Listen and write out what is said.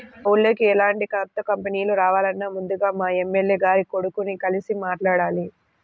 మా ఊర్లోకి ఎలాంటి కొత్త కంపెనీలు రావాలన్నా ముందుగా మా ఎమ్మెల్యే గారి కొడుకుని కలిసి మాట్లాడాలి